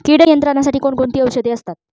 कीड नियंत्रणासाठी कोण कोणती औषधे असतात?